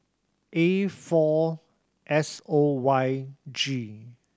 A four S O Y G